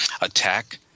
attack